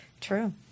True